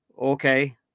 Okay